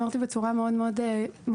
אמרתי בצורה מאוד מאוד פשוטה.